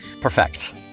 Perfect